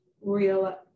real